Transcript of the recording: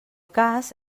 cas